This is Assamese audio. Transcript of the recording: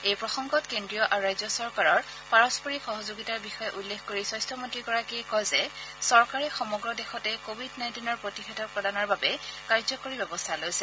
এই প্ৰসঙ্গত কেন্দ্ৰীয় আৰু ৰাজ্য চৰকাৰৰ পাৰস্পৰিক সহযোগিতাৰ বিষয়ে উল্লেখ কৰি স্বাস্থ্য মন্ত্ৰীগৰাকীয়ে কয় যে চৰকাৰে সমগ্ৰ দেশতে কোৱিড নাইণ্টিনৰ প্ৰতিষেধক প্ৰদানৰ বাবে কাৰ্য্যকৰী ব্যৱস্থা লৈছে